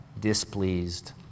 displeased